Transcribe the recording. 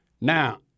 Now